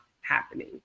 happening